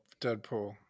Deadpool